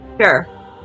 sure